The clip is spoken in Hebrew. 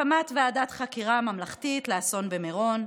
הקמת ועדת חקירה ממלכתית לאסון במירון,